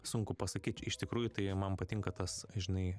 sunku pasakyt iš tikrųjų tai man patinka tas žinai